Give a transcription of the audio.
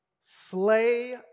Slay